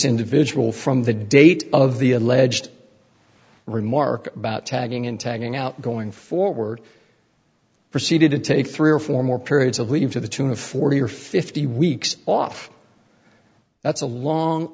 individual from the date of the alleged remark about tagging and tagging out going forward proceeded to take three or four more periods of leave to the tune of forty or fifty weeks off that's a long